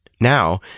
Now